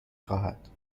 خواهد